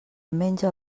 menja